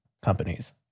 companies